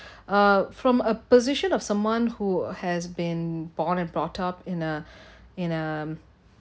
uh from a position of someone who has been born and brought up in uh in um